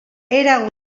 era